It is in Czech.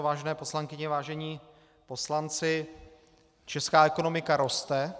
Vážené poslankyně, vážení poslanci, česká ekonomika roste.